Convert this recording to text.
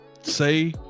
say